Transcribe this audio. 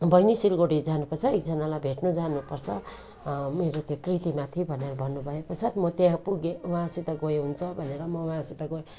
बहिनी सिलगढी जानुपर्छ एकजनालाई भेट्न जानुपर्छ मेरो त्यो कृतिमाथि भनेर भन्नुभए पश्चात म त्यहाँ पुगेँ उहाँसित गएँ हुन्छ भनेर म उहाँसित गएँ